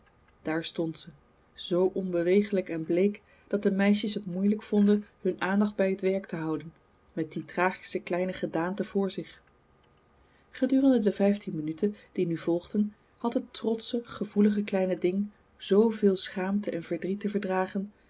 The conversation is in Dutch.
daar stond ze zoo onbeweeglijk en bleek dat de meisjes het moeilijk vonden hun aandacht bij t werk te houden met die tragische kleine gedaante voor zich gedurende de vijftien minuten die nu volgden had het trotsche gevoelige kleine ding zooveel schaamte en verdriet te verdragen